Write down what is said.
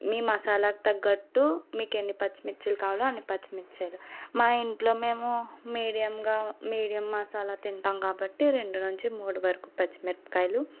మీ మసాలాకు తగ్గట్టు మీకు ఎన్ని పచ్చిమిర్చిలు కావాలో అన్ని పచ్చిమిర్చిలు మా ఇంట్లో మేము మీడియంగా మీడియం మసాలా తింటాం కాబట్టి రెండు నుంచి మూడు వరకు పచ్చి మిరపకాయలు